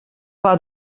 pas